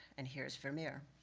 and here's vermeer.